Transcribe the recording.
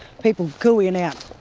people coo-eeing out.